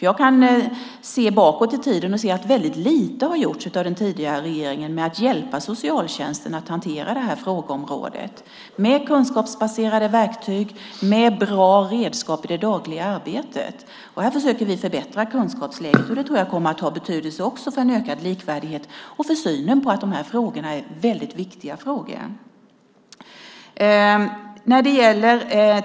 Jag kan se bakåt i tiden att väldigt lite har gjorts av den tidigare regeringen med att hjälpa socialtjänsten att hantera det här frågeområdet med kunskapsbaserade verktyg och med bra redskap i det dagliga arbetet. Här försöker vi förbättra kunskapsläget. Det tror jag kommer att ha betydelse också för en ökad likvärdighet och för synen att de här frågorna är väldigt viktiga.